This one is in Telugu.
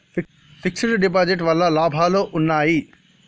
ఫిక్స్ డ్ డిపాజిట్ వల్ల లాభాలు ఉన్నాయి?